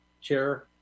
chair